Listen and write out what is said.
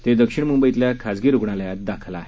ते दक्षिण मुंबईतल्या खाजगी रूग्णालयात दाखल आहेत